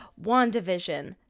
WandaVision